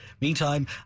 Meantime